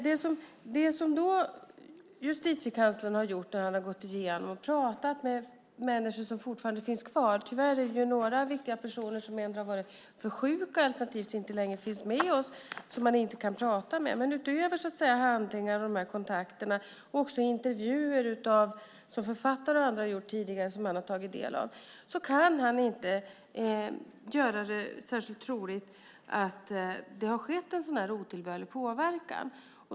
Det som Justitiekanslern har gjort är att han har pratat med människor som fortfarande finns kvar. Tyvärr är det några viktiga personer som har varit för sjuka alternativt inte längre finns med oss och som man därför inte kunnat prata med. Med de handlingar och de här kontakterna och också de intervjuer som författare och andra har gjort tidigare som Justitiekanslern har tagit del av kan han inte göra det särskilt troligt att det har skett en otillbörlig påverkan.